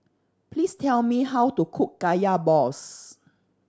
please tell me how to cook Kaya balls